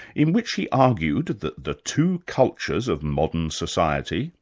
in which he argued that the two cultures of modern society,